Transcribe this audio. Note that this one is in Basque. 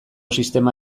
sistema